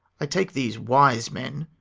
i take these wise men,